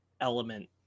element